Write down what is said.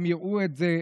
הם יראו את זה.